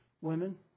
women